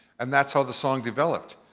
and that's how the song developed.